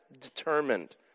determined